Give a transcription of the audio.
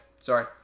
Sorry